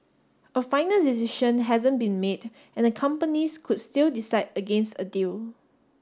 a final decision hasn't been made and the companies could still decide against a deal